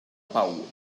pau